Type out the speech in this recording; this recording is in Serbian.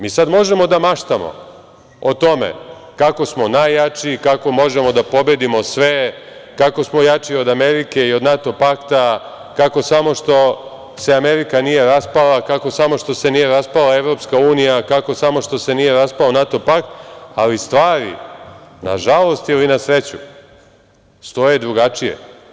Mi sada možemo da maštamo o tome kako smo najjači, kako možemo da pobedimo sve, kako smo jači od Amerike i do NATO pakta, kako samo što se Amerika nije raspala, kako samo što se nije raspala EU, kako samo što se nije raspao NATO pakt, ali stvari nažalost, ili na sreću, stoje drugačije.